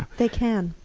they can.